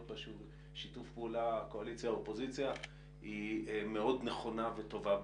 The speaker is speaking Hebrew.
בה שיתוף פעולה קואליציה-אופוזיציה היא מאוד נכונה וטובה בעיניי.